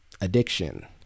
addiction